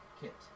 kit